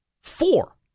Four